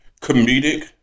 comedic